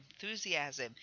enthusiasm